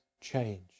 change